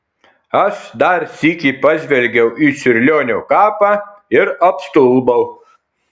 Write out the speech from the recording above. aš dar sykį pažvelgiau į čiurlionio kapą ir apstulbau